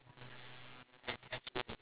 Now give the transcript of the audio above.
K what are my options